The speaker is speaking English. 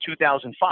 2005